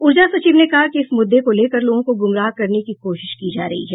ऊर्जा सचिव ने कहा कि इस मुद्दे को लेकर लोगों को गुमराह करने की कोशिश की जा रही है